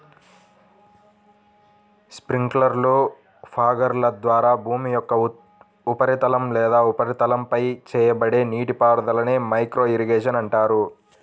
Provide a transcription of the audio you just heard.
స్ప్రింక్లర్లు, ఫాగర్ల ద్వారా భూమి యొక్క ఉపరితలం లేదా ఉపరితలంపై చేయబడే నీటిపారుదలనే మైక్రో ఇరిగేషన్ అంటారు